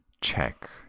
check